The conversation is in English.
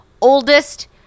oldest